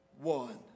one